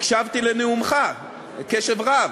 הקשבתי לנאומך קשב רב,